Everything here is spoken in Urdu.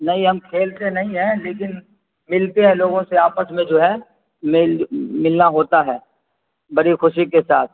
نہیں ہم کھیلتے نہیں ہیں لیکن ملتے ہیں لوگوں سے آپس میں جو ہے ملنا ہوتا ہے بڑی خوشی کے ساتھ